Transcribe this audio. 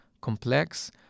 complex